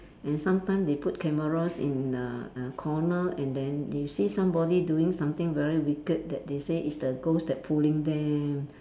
and sometimes they put cameras in the err corner and then they see somebody doing something very wicked that they say it's the ghost that pulling them